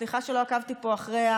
סליחה שלא עקבתי פה אחרי,